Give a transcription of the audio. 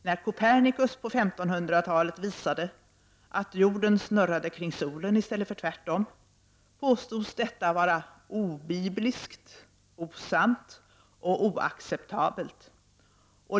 När Copernicus på 1500-talet visade att jorden snurrade kring solen i stället för tvärtom påstods detta vara obibliskt, osant och oacceptabelt.